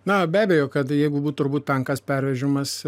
na be abejo kad jeigu būt turbūt tankas pervežimas